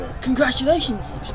Congratulations